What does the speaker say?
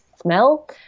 smell